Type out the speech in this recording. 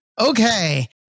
okay